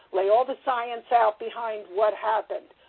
lay all the science out behind what happened.